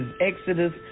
Exodus